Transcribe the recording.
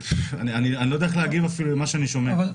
אני לא יודע איך להגיב אפילו למה שאני שומע.